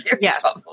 Yes